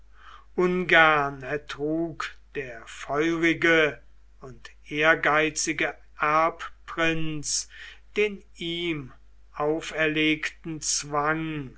ungern ertrug der feurige und ehrgeizige erbprinz den ihm auferlegten zwang